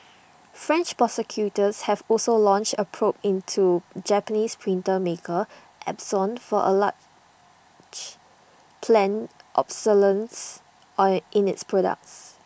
French prosecutors have also launched A probe into Japanese printer maker Epson for alleged planned obsolescence or in its products